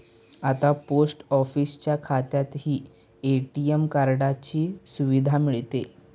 आता पोस्ट ऑफिसच्या खात्यातही ए.टी.एम कार्डाची सुविधा मिळते